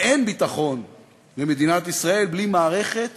ואין ביטחון למדינת ישראל בלי מערכת